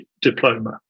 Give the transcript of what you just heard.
diploma